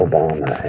Obama